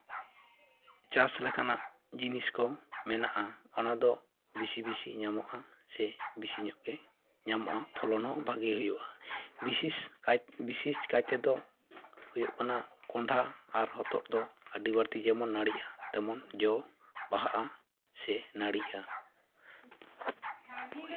ᱪᱟᱥ ᱞᱮᱠᱟᱱᱟᱜ ᱡᱤᱱᱤᱥ ᱠᱚ ᱢᱮᱱᱟᱜᱼᱟ ᱚᱱᱟ ᱫᱚ ᱵᱮᱥᱤ ᱵᱮᱥᱤ ᱧᱟᱢᱚᱜᱼᱟ ᱥᱮ ᱵᱮᱥᱤ ᱧᱚᱜ ᱜᱮ ᱧᱟᱢᱚᱜᱼᱟ ᱯᱷᱚᱞᱚᱱ ᱦᱚᱸ ᱵᱷᱟᱜᱮ ᱦᱩᱭᱩᱜᱼᱟ ᱵᱤᱥᱮᱥ ᱠᱟᱭᱛᱮ ᱫᱚ ᱦᱩᱭᱩᱜ ᱠᱟᱱᱟ ᱠᱚᱦᱚᱸᱰᱟ ᱟᱨ ᱦᱚᱛᱚ ᱫᱚ ᱟᱹᱰᱤ ᱵᱟᱹᱲᱛᱤ ᱡᱮᱢᱚᱱ ᱱᱟᱲᱤᱜᱼᱟ ᱛᱮᱢᱚᱱ ᱡᱚ ᱵᱟᱦᱟᱜᱼᱟ ᱥᱮ ᱱᱟᱹᱲᱤᱜᱼᱟ